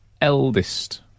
eldest